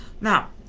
now